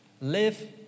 Live